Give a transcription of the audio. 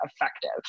effective